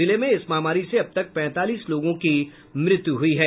जिले में इस महामारी से अब तक पैंतालीस लोगों की मृत्यु हुई है